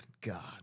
God